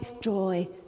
joy